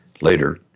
Later